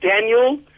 Daniel